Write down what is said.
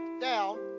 down